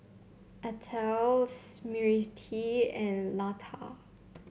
Atal Smriti and Lata